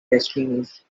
destinies